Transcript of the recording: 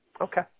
Okay